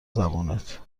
زبونت